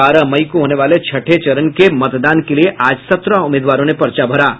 बारह मई को होने वाले छठे चरण के मतदान के लिए आज सत्रह उम्मीदवारों ने पर्चा भरा है